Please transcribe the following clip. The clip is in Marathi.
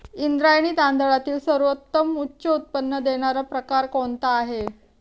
इंद्रायणी तांदळातील सर्वोत्तम उच्च उत्पन्न देणारा प्रकार कोणता आहे?